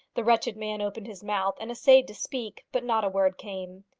the wretched man opened his mouth and essayed to speak, but not a word came.